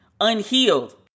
unhealed